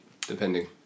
depending